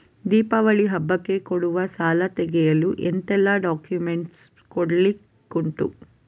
ದೀಪಾವಳಿ ಹಬ್ಬಕ್ಕೆ ಕೊಡುವ ಸಾಲ ತೆಗೆಯಲು ಎಂತೆಲ್ಲಾ ಡಾಕ್ಯುಮೆಂಟ್ಸ್ ಕೊಡ್ಲಿಕುಂಟು?